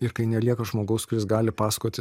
ir kai nelieka žmogaus kuris gali pasakoti